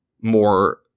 more